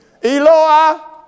Eloah